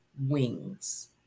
wings